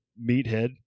meathead